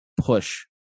push